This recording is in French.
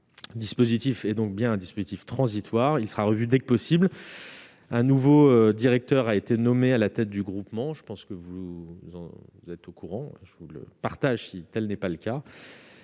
dispositif est donc bien un dispositif transitoire, il sera revue dès que possible un nouveau directeur a été nommé à la tête du groupement, je pense que vous vous êtes au courant, je vous le partage si telle n'est pas le cas,